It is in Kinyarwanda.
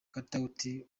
katauti